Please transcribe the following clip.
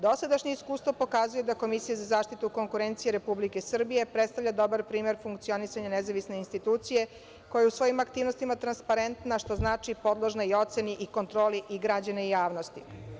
Dosadašnja iskustva pokazuju da Komisija za zaštitu konkurencije Republike Srbije predstavlja dobar primer funkcionisanja nezavisne institucije koja u svojim aktivnostima je transparentna, što znači podložna i oceni i kontroli i građana i javnosti.